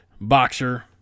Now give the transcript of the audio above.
boxer